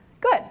Good